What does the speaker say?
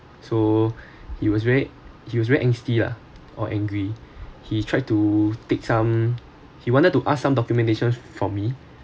so he was very he was very angsty lah or angry he tried to take some he wanted to ask some documentation for me